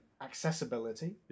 accessibility